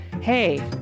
hey